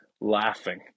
laughing